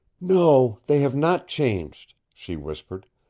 no, they have not changed, she whispered.